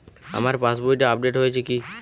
আমার পাশবইটা আপডেট হয়েছে কি?